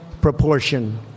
proportion